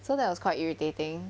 so that was quite irritating